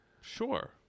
Sure